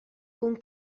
con